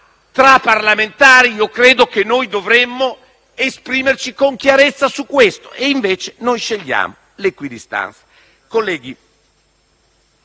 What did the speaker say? tra parlamentari, io credo che noi dovremmo esprimerci con chiarezza su questo. E invece noi scegliamo l'equidistanza. Colleghi,